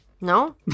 No